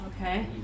Okay